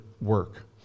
work